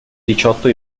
diciotto